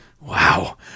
wow